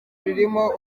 ribamo